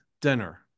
dinner